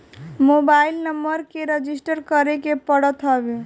mobile number के register करे के पड़त हवे